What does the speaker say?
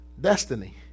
destiny